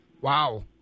wow